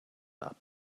out